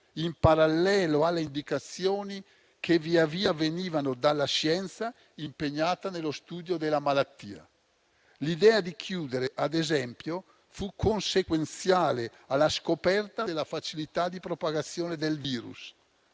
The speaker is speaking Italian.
in parallelo alle indicazioni che via via venivano dalla scienza, impegnata nello studio della malattia. L'idea di chiudere, ad esempio, fu consequenziale alla scoperta della facilità di propagazione del virus.